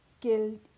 killed